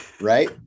right